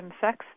sex